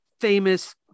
famous